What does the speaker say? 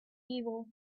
evil